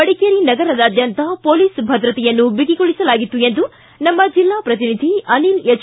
ಮಡಿಕೇರಿ ನಗರದಾದ್ಯಂತ ಪೊಲೀಸ್ ಭದ್ರತೆಯನ್ನು ಬಿಗಿಗೊಳಿಸಲಾಗಿತ್ತು ಎಂದು ನಮ್ಮ ಜಿಲ್ಲಾ ಪ್ರತಿನಿಧಿ ಅನಿಲ್ ಎಚ್